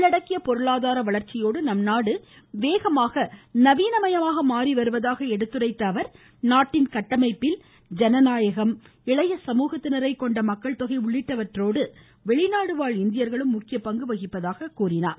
உள்ளடக்கிய பொருளாதார வளர்ச்சியோடு நம் நாடு வேகமாக நவீனமயமாக மாறிவருவதாக எடுத்துரைத்த அவர் நாட்டின் கட்டமைப்பில் ஜனநாயகம் இளைய சமூகத்தினரை கொண்ட மக்கள் தொகை உள்ளிட்டவற்றோடு வெளிநாடு வாழ் இந்தியர்களும் முக்கிய பங்கு வகிப்பதாக குறிப்பிட்டார்